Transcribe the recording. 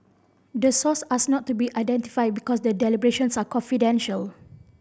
the source asked not to be identified because the deliberations are confidential